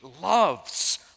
loves